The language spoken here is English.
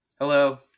Hello